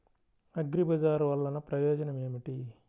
అగ్రిబజార్ వల్లన ప్రయోజనం ఏమిటీ?